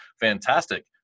fantastic